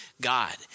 God